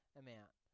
amount